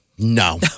No